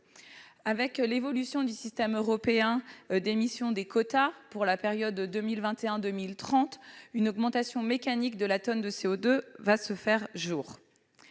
Avec l'évolution du système européen d'émission des quotas pour la période 2021-2030, une augmentation mécanique de la tonne de CO2est à prévoir.